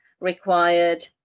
required